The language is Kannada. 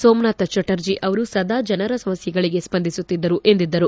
ಸೋಮನಾಥ್ ಚಟರ್ಜಿ ಅವರು ಸದಾ ಜನರ ಸಮಸ್ಥೆಗಳಿಗೆ ಸ್ಪಂದಿಸುತ್ತಿದ್ದರು ಎಂದಿದ್ದರು